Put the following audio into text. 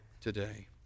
today